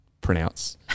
pronounce